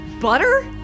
Butter